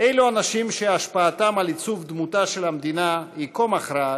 אלו אנשים שהשפעתם על עיצוב דמותה של המדינה היא כה מכרעת,